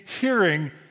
hearing